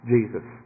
Jesus